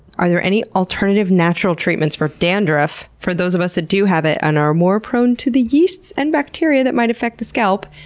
are there any alternative natural treatments for dandruff for those of us that do have it and are more prone to yeasts and bacteria that might affect the scalp?